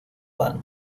ban